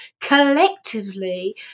collectively